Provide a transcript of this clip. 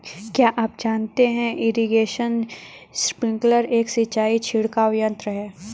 क्या आप जानते है इरीगेशन स्पिंकलर एक सिंचाई छिड़काव यंत्र है?